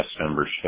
membership